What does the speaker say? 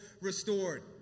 restored